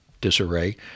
disarray